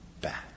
back